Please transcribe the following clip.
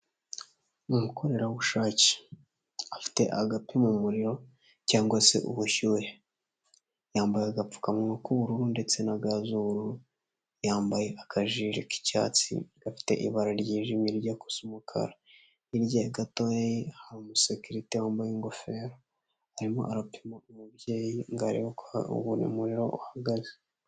Umukorerabushake, afite agapima umuririro cyangwa se ubushyuhe, yambaye agapfukamuwa k'ubururu ndetse na ga z'ubururu, yambaye akajire k'icyatsi gafite ibara ryijimye rijya gusa umukara, hirya gatoya ye hari umusekerite wambaye ingofero, arimo arapima umubyeyi ngo arebabe uko umuriro uhagaze.